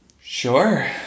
Sure